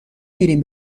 میریم